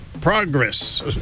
progress